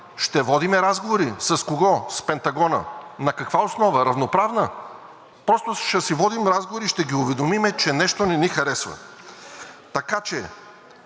ще водим разговори. С кого? С Пентагона. На каква основа? Равноправна. Просто ще си водим разговори и ще ги уведомим, че нещо не ни харесва. Така че